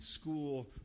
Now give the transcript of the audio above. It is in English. school